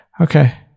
okay